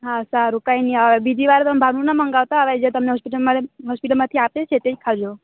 હા સારું કાંઈ નહિ હવે બીજી વાર તમે બહારનું ન મંગાવતા હવે જે તમને હોસ્પીટલમાંથી હોસ્પીટલમાંથી આપે છે તે જ ખાજો